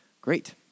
Great